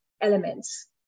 elements